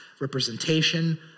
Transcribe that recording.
representation